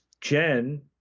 Jen